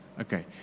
Okay